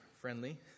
friendly